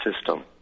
system